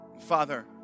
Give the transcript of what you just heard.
Father